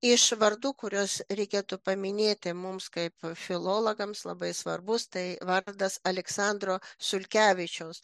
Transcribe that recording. iš vardų kuriuos reikėtų paminėti mums kaip filologams labai svarbus tai vardas aleksandro sulkevičiaus